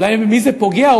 אולי במי זה פוגע,